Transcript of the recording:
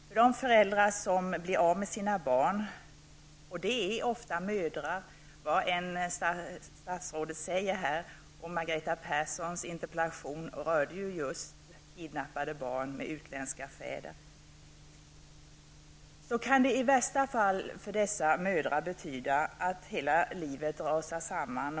För de föräldrar som blir av med sina barn -- det är ofta mödrar, vad statsrådet än säger, och Margareta Perssons interpellation rörde just kidnappade barn med utländska fäder -- kan det i värsta fall betyda att hela livet rasar samman.